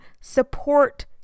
support